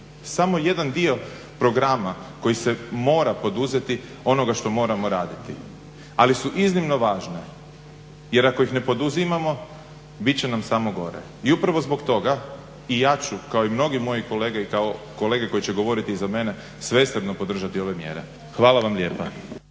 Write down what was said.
samo jedan dio programa koji se mora poduzeti, onoga što moramo raditi, ali su iznimno važne. Jer ako ih ne poduzimamo bit će nam samo gore. I upravo zbog toga i ja ću kao i mnogi moji kolege i kao kolege koji će govoriti iza mene svesrdno podržati ove mjere. Hvala vam lijepa.